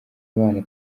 abana